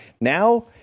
Now